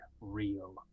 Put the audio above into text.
real